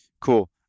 cool